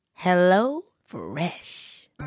HelloFresh